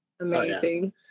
amazing